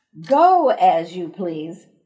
go-as-you-please